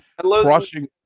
Crushing